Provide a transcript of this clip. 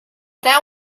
that